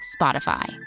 Spotify